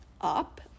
up